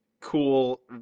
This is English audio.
cool